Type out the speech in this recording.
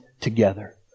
together